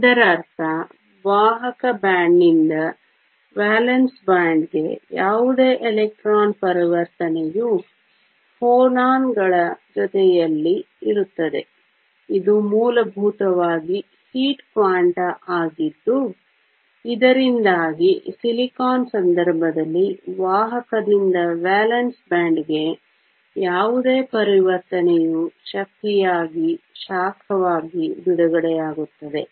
ಇದರರ್ಥ ವಾಹಕ ಬ್ಯಾಂಡ್ನಿಂದ ವೇಲೆನ್ಸ್ ಬ್ಯಾಂಡ್ಗೆ ಯಾವುದೇ ಎಲೆಕ್ಟ್ರಾನ್ ಪರಿವರ್ತನೆಯು ಫೋನಾನ್ಗಳ ಜೊತೆಯಲ್ಲಿ ಇರುತ್ತದೆ ಇದು ಮೂಲಭೂತವಾಗಿ ಹೀಟ್ ಕ್ವಾಂಟಾ ಆಗಿದ್ದು ಇದರಿಂದಾಗಿ ಸಿಲಿಕಾನ್ ಸಂದರ್ಭದಲ್ಲಿ ವಾಹಕದಿಂದ ವೇಲೆನ್ಸ್ ಬ್ಯಾಂಡ್ಗೆ ಯಾವುದೇ ಪರಿವರ್ತನೆಯು ಶಕ್ತಿಯಾಗಿ ಶಾಖವಾಗಿ ಬಿಡುಗಡೆಯಾಗುತ್ತದೆ